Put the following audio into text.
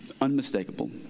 unmistakable